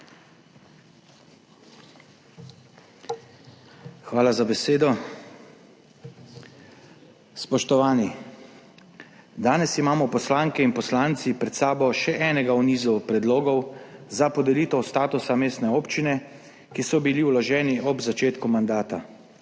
Hvala za besedo. Spoštovani! Danes imamo poslanke in poslanci pred sabo še enega v nizu predlogov za podelitev statusa mestne občine, ki so bili vloženi ob začetku mandata.